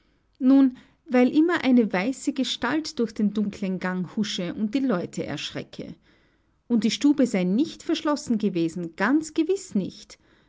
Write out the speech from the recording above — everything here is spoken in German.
nun weil immer eine weiße gestalt durch den dunklen gang husche und die leute erschrecke und die stube sei nicht verschlossen gewesen ganz gewiß nicht